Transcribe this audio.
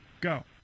Go